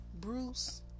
Bruce